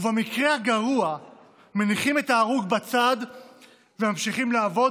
ובמקרה הגרוע מניחים את ההרוג בצד וממשיכים לעבוד,